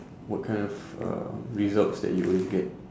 what kind of uh results that you always get